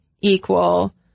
equal